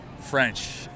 French